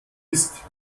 ist